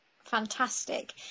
fantastic